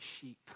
sheep